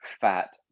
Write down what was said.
fat